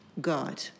God